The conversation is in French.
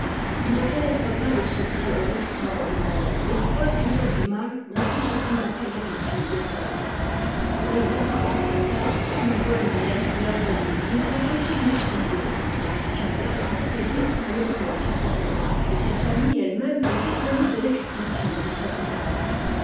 tt ne pénètre pas le secret de l'extraordidaire et croit qu'il y a du mal dans tout ce qu'il n'a pas l'habitude de voir un paysan apporte un masque qu'une bohémienne lui a remis d'une façon toute mystérieuse jeanne d'arc s'en saisit elle le place sur sa tête et sa famille ette même est étonnée de l'expression de ses regards